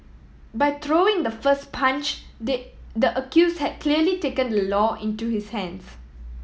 by throwing the first punch they the accused had clearly taken the law into his hands